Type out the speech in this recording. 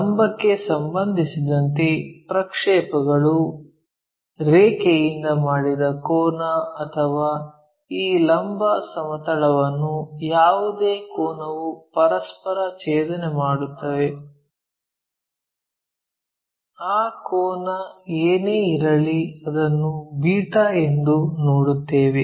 ಲಂಬಕ್ಕೆ ಸಂಬಂಧಿಸಿದಂತೆ ಪ್ರಕ್ಷೇಪಗಳ ರೇಖೆಯಿಂದ ಮಾಡಿದ ಕೋನ ಅಥವಾ ಈ ಲಂಬ ಸಮತಲವನ್ನು ಯಾವುದೇ ಕೋನವು ಪರಸ್ಪರ ಛೇದನೆ ಮಾಡುತ್ತವೆ ಆ ಕೋನ ಏನೇ ಇರಲಿ ಅದನ್ನು ಬೀಟಾ β ಎಂದು ನೋಡುತ್ತೇವೆ